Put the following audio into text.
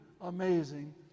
amazing